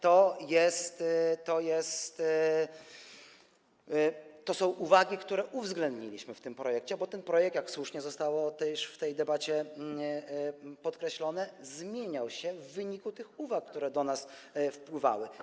To są uwagi, które uwzględniliśmy w tym projekcie, bo ten projekt, jak słusznie zostało też w tej debacie podkreślone, zmieniał się w wyniku tych uwag, które do nas wpływały.